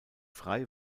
frei